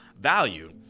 value